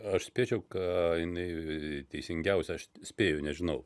aš spėčiau ką jinai teisingiausia aš spėju nežinau